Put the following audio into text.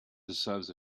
deserves